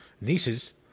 nieces